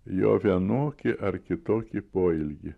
jo vienokį ar kitokį poelgį